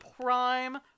prime